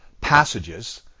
passages